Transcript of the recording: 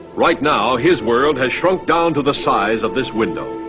right now, his world has shrunk down to the size of this window.